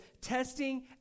testing